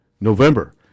November